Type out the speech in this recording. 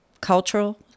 cultural